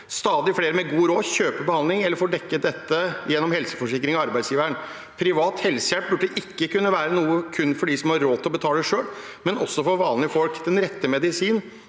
Stadig flere med god råd kjøper behandling eller får dekket dette gjennom helseforsikring via arbeidsgiveren. Privat helsehjelp burde ikke være noe kun for dem som har råd til å betale det selv, men også for vanlige folk. Den rette medisin